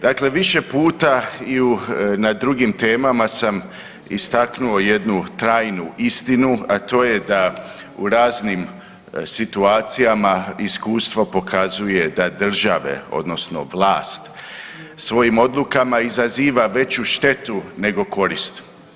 Dakle, više puta i na drugim temama sam istaknuo jednu trajnu istinu, a to je da u raznim situacijama iskustvo pokazuje da države odnosno vlast svojim odlukama izaziva veću štetu nego korist.